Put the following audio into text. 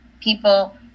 People